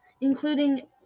including